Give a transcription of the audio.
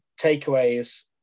takeaways